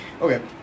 okay